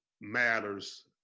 matters